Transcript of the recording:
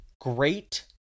great